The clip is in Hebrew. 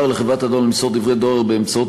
אושר לחברת הדואר למסור דברי דואר באמצעות